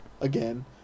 again